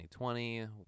2020